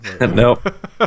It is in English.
Nope